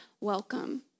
welcome